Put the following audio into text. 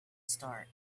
start